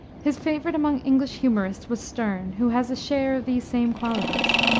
his favorite among english humorists was sterne, who has a share of these same qualities.